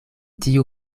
tiu